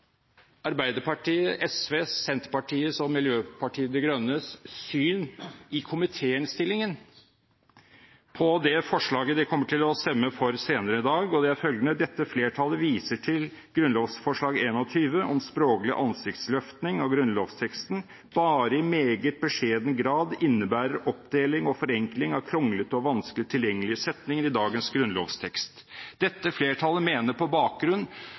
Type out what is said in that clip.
Arbeiderpartiet, SV, Senterpartiet og Miljøpartiet De Grønnes syn i komitéinnstillingen på det forslaget de kommer til å stemme for senere i dag, og det er følgende: «Dette flertallet viser videre til at grunnlovsforslag 21 om språklig ansiktsløftning av grunnlovsteksten bare i meget beskjeden grad innebærer oppdeling og forenkling av kronglete og vanskelig tilgjengelige setninger i dagens grunnlovstekst. Dette flertallet mener på bakgrunn